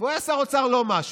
והוא היה שר אוצר לא משהו.